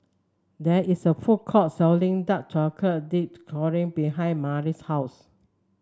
there is a food court selling dark dip Churro behind Milas' house